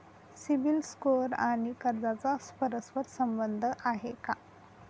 CIBIL score आणि कर्जाचा परस्पर संबंध आहे का?